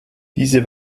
diese